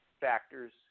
factors